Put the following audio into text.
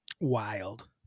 wild